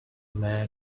man